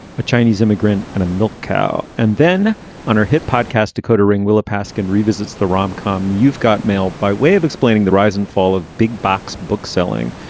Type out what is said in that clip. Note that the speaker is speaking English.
a chinese immigrant and a milk cow. and then on her hit podcast, decoder ring, willa paskin revisits the rom com. you've got mail by way of explaining the rise and fall of big box bookselling.